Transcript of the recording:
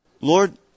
Lord